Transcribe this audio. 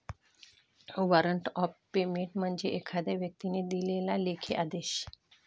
warrant of payment म्हणजे एखाद्या व्यक्तीने दिलेला लेखी आदेश